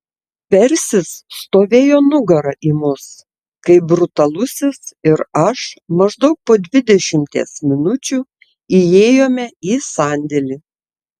persis stovėjo nugara į mus kai brutalusis ir aš maždaug po dvidešimties minučių įėjome į sandėlį